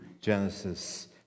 Genesis